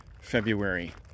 February